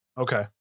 Okay